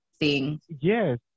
yes